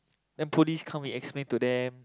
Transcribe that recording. then police come we explain to them